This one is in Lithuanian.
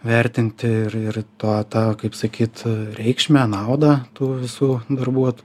vertinti ir ir tą kaip sakyt reikšmę naudą tų visų darbuot